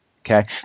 Okay